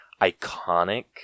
iconic